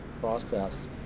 process